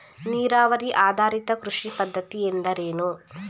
ನೀರಾವರಿ ಆಧಾರಿತ ಕೃಷಿ ಪದ್ಧತಿ ಎಂದರೇನು?